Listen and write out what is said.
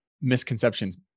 misconceptions